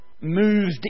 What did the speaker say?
moved